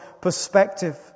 perspective